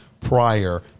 prior